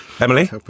Emily